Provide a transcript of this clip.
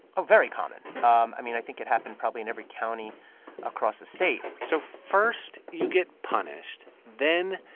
ah very common um i mean, i think it happened probably in every county across the state so first, you get punished. then,